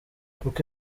uko